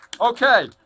Okay